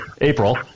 April